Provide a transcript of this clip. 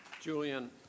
Julian